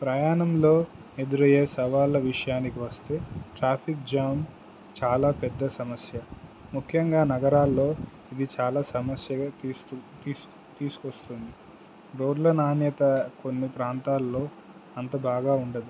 ప్రయాణంలో ఎదురయ్యే సవాళ్ళ విషయానికి వస్తే ట్రాఫిక్ జామ్ చాలా పెద్ద సమస్య ముఖ్యంగా నగరాల్లో ఇది చాలా సమస్యగా తీసుకొస్తుంది రోడ్ల నాణ్యత కొన్ని ప్రాంతాల్లో అంత బాగా ఉండదు